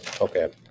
okay